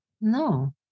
No